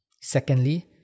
Secondly